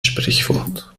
sprichwort